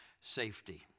safety